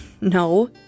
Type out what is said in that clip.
No